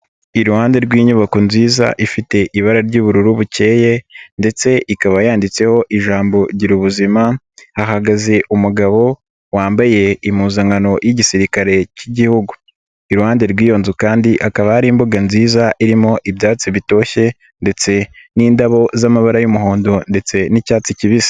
Iruhande rw'inyubako nziza ifite ibara ry'ubururu bukeye ndetse ikaba yanditseho ijambo Girabubuzima, hahagaze umugabo wambaye impuzankano y'igisirikare cy'igihugu. Iruhande rw'iyo nzu kandi hakaba hari imbuga nziza irimo ibyatsi bitoshye ndetse n'indabo z'amabara y'umuhondo ndetse n'icyatsi kibisi.